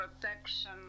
protection